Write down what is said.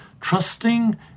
Trusting